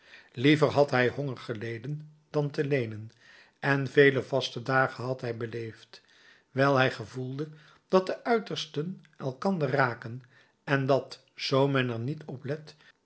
liever had hij honger geleden dan te leenen en vele vastendagen had hij beleefd wijl hij gevoelde dat de uitersten elkander raken en dat zoo men er niet op